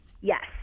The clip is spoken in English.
Yes